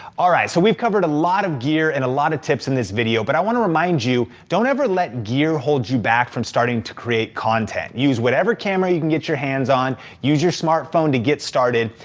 alright, so we've covered a lot of gear and a lot of tips on and this video but i wanna remind you, don't ever let gear hold you back from starting to create content. use whatever camera you can get your hands on, use your smartphone to get started.